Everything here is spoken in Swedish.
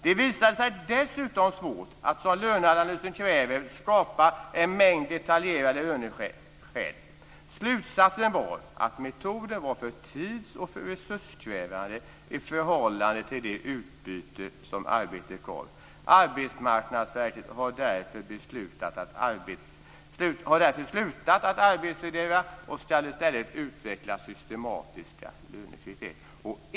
Det visades sig dessutom svårt att, som löneanalysen kräver, skapa en mängd detaljerade löneskäl. Slutsatsen var att metoden var för tids och resurskrävande i förhållande till det utbyte som arbetet gav. Arbetsmarknadsverket har därför slutat att arbetsvärdera och ska i stället utveckla systematiska lönekriterier.